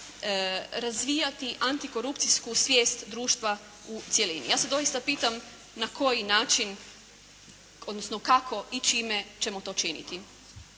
razvijati antikorupcijsku svijest društva u cjelini. Ja se doista pitam na koji način odnosno kako i čime ćemo to činiti?